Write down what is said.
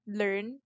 learn